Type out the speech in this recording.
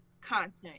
content